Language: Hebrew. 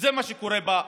וזה מה שקורה ביישובים.